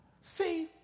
See